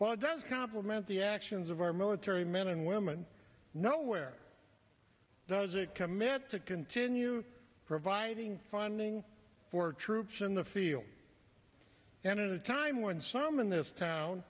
it does compliment the actions of our military men and women nowhere does it commits a continue providing funding for troops in the field and a time when some in this town